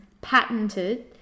patented